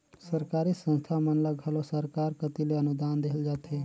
सरकारी संस्था मन ल घलो सरकार कती ले अनुदान देहल जाथे